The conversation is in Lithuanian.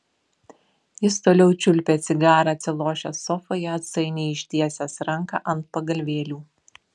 jis toliau čiulpė cigarą atsilošęs sofoje atsainiai ištiesęs ranką ant pagalvėlių